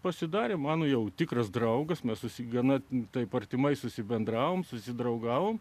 pasidarė mano jau tikras draugas mes susi gana taip artimai susibendravom susidraugavome